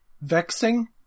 vexing